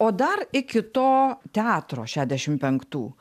o dar iki to teatro šedešim penktų